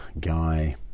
guy